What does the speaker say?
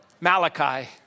Malachi